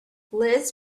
liz